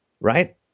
right